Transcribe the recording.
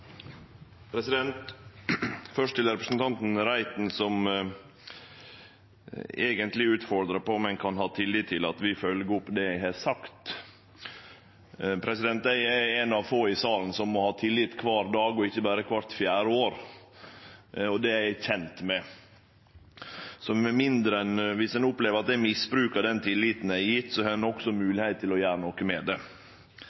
Først til representanten Reiten, som eigentleg utfordra meg på om ein kan ha tillit til at vi følgjer opp det eg har sagt: Eg er ein av dei få i salen som må ha tillit kvar dag og ikkje berre kvart fjerde år. Det er eg kjent med. Viss ein opplever at eg misbruker den tilliten eg er gjeven, har ein også